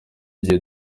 igihe